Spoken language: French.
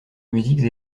musiques